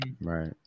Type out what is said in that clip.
right